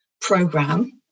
program